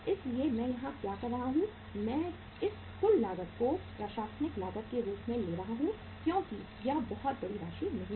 इसलिए मैं यहां क्या कर रहा हूं मैं इस कुल लागत को प्रशासनिक लागत के रूप में ले रहा हूं क्योंकि यह बहुत बड़ी राशि नहीं है